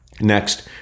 Next